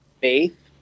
faith